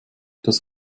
hast